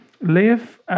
live